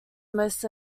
most